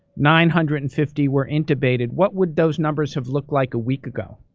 nine hundred and fifty were intubated. what would those numbers have looked like a week ago?